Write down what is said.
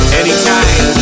anytime